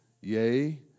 Yea